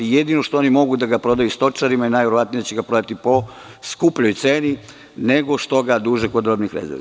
Jedino što oni mogu je da ga prodaju stočarima i najverovatnije će ga prodati po skupljoj ceni nego što ga duže kod robnih rezervi.